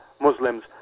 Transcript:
Muslims